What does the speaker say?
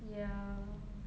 ya